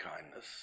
kindness